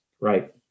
Right